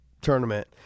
tournament